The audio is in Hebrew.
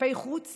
כלפי חוץ